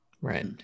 Right